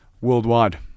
Worldwide